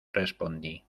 respondí